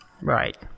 Right